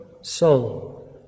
soul